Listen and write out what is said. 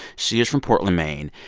she is from portland, maine.